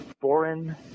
foreign